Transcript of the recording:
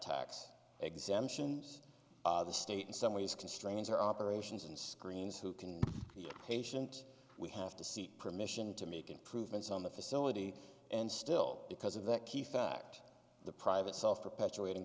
tax exemptions the state in some ways constrains our operations and screens who can be patient we have to seek permission to make improvements on the facility and still because of that key fact the private self perpetuating